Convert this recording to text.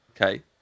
Okay